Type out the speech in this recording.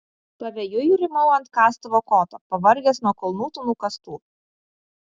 pavėjui rymau ant kastuvo koto pavargęs nuo kalnų tų nukastų